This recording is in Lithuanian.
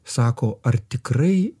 sako ar tikrai